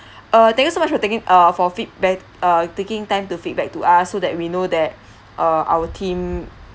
uh thanks so much for taking uh for feedback uh taking time to feedback to us so that we know that uh our team